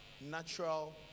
natural